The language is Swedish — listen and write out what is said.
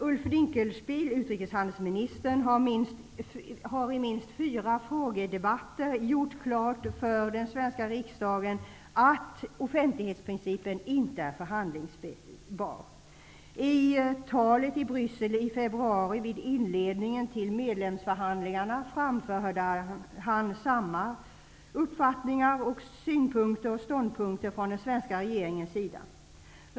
Utrikeshandelsminister Ulf Dinkelspiel har i minst fyra frågedebatter klargjort för den svenska riksdagen att offentlighetsprincipen inte är förhandlingsbar. I talet i Bryssel i februari vid inledningen till medlemsförhandlingarna framförde han samma uppfattningar, synpunkter och ståndpunkter från den svenska regeringen.